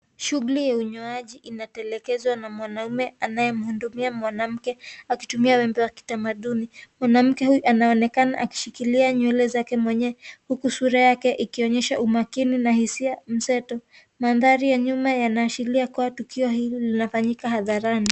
Shughuli ya unyoaji inatelekezwa na mwanaume anayemhudumia mwanamke akitumia wembe wa kitamaduni. Mwanamke huyu anaonekana akishikilia nywele zake mwenye, huku sura yake ikionyesha umakini na hisia mseto. Mandhari ya nyuma yanaashiria kuwa tukio hili linafanyika hadharani.